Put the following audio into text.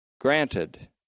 granted